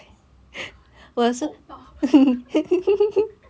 oh my god oh 爆